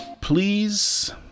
please